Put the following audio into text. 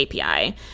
API